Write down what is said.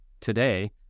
today